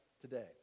today